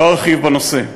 לא ארחיב בנושא.